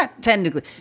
technically